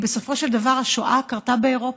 כי בסופו של דבר השואה קרתה באירופה,